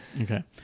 Okay